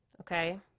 Okay